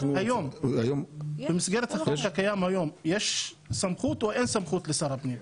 היום יש סמכות או אין סמכות לשר הפנים?